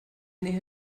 nähe